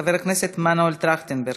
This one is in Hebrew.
חבר הכנסת מנואל טרכטנברג,